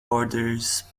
orders